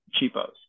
cheapos